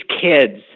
kids